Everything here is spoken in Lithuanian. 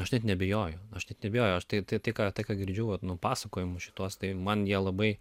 aš net neabejoju aš taip tai tai ką girdžiu vat nu pasakojimus šituos tai man jie labai